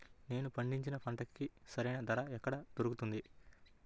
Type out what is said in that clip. నేను పండించిన పంటకి సరైన ధర ఎక్కడ దొరుకుతుంది?